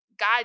God